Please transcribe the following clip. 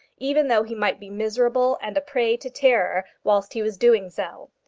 even though he might be miserable and a prey to terror whilst he was doing so.